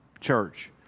church